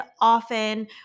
often